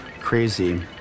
crazy